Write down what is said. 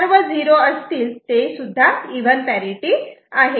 सर्व 0 असतील तेसुद्धा इव्हन पॅरिटि आहे